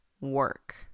work